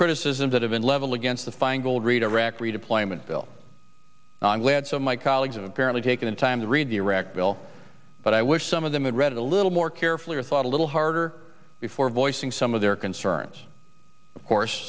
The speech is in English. criticisms that have been leveled against the feingold redirect redeployment bill i'm glad so my colleagues apparently taken the time to read the iraq bill but i wish some of them would read a little more carefully or thought a little harder before voicing some of their concerns of course